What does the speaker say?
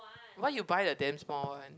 why you buy a damn small one